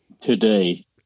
today